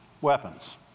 weapons